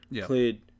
Played